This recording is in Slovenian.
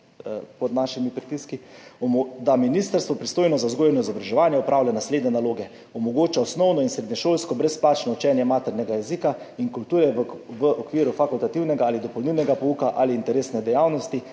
pod našimi pritiski: »Ministrstvo, pristojno za vzgojo in izobraževanje, opravlja naslednje naloge: omogoča osnovno in srednješolsko brezplačno učenje maternega jezika in kulture v okviru fakultativnega ali dopolnilnega pouka ali interesne dejavnosti